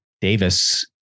Davis